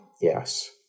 Yes